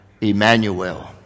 Emmanuel